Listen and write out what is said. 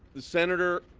the senator,